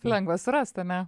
lengva surast ane